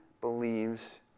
believes